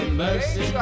mercy